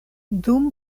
dum